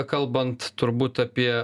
kalbant turbūt apie